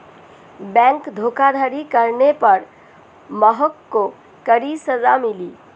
bank धोखाधड़ी करने पर महक को कड़ी सजा मिली